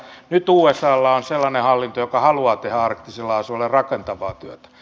nyt usalla on sellainen hallinto joka haluaa tehdä arktisella alueella rakentavaa työtä